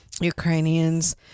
Ukrainians